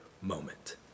moment